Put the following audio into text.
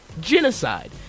Genocide